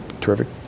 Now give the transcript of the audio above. terrific